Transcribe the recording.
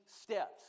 steps